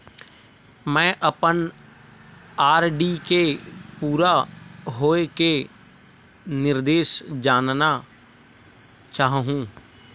मैं अपन आर.डी के पूरा होये के निर्देश जानना चाहहु